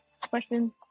Question